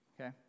Okay